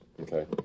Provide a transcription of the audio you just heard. Okay